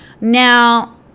Now